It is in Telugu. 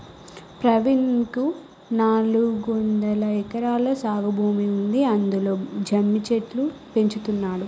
ప్రవీణ్ కు నాలుగొందలు ఎకరాల సాగు భూమి ఉంది అందులో జమ్మి చెట్లు పెంచుతున్నాడు